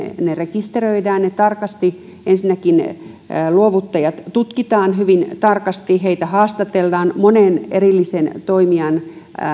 rekisteröidään tarkasti ensinnäkin luovuttajat tutkitaan hyvin tarkasti heitä haastatellaan monen erillisen toimijan